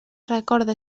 recorda